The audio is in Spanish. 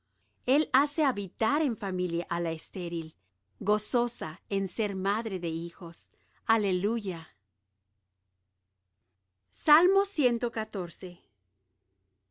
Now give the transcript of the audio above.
el hace habitar en familia á la estéril gozosa en ser madre de hijos aleluya